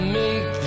make